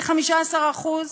ב-15%?